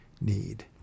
need